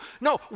no